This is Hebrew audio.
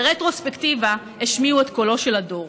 וברטרוספקטיבה השמיעו את קולו של הדור.